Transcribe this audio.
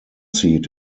seat